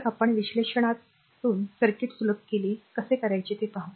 तर आपण विश्लेषणनl तुन सर्किट सुलभ कसे करायचे ते पाहू